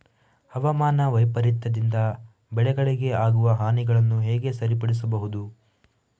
ಹವಾಮಾನ ವೈಪರೀತ್ಯದಿಂದ ಬೆಳೆಗಳಿಗೆ ಆಗುವ ಹಾನಿಗಳನ್ನು ಹೇಗೆ ಸರಿಪಡಿಸಬಹುದು?